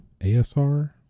ASR